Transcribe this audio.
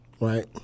right